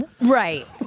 right